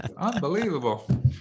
Unbelievable